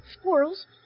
Squirrels